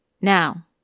Now